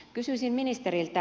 kysyisin ministeriltä